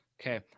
okay